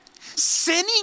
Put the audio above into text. sinning